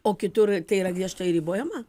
o kitur tai yra griežtai ribojama